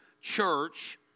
church